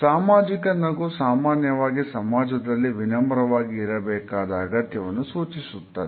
ಸಾಮಾಜಿಕ ನಗು ಸಾಮಾನ್ಯವಾಗಿ ಸಮಾಜದಲ್ಲಿ ವಿನಮ್ರವಾಗಿ ಇರಬೇಕಾದ ಅಗತ್ಯವನ್ನು ಸೂಚಿಸುತ್ತದೆ